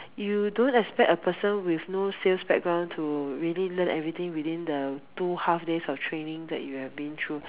you don't expect a person with no sales background to really learn everything within the two half days of training that you have been through